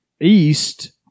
east